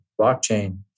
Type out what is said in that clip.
blockchain